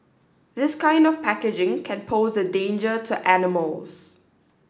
this kind of packaging can pose a danger to animals